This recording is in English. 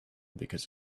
because